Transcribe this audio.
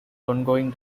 ongoing